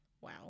wow